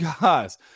guys